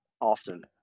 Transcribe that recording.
often